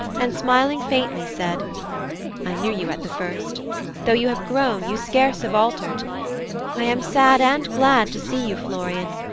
and smiling faintly said i knew you at the first though you have grown you scarce have altered i am sad and glad to see you, florian.